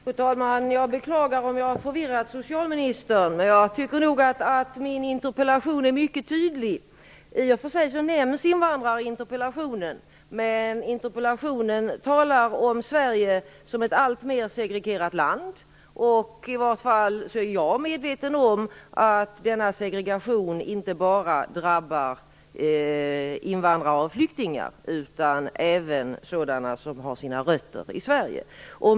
Fru talman! Jag beklagar om jag har förvirrat socialministern. Jag tycker nog att min interpellation är mycket tydlig. I och för sig nämns invandrare i interpellationen. Men interpellationen talar om Sverige som ett allt mer segregerat land, och jag, i varje fall, är medveten om att denna segregation inte bara drabbar invandrare och flyktingar utan även dem som har sina rötter i Sverige.